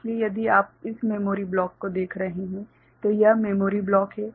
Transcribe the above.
इसलिए यदि आप इस मेमोरी ब्लॉक को देख रहे हैं तो यह मेमोरी ब्लॉक है